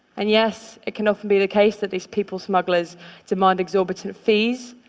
and yes, it can often be the case that these people smugglers demand exorbitant fees,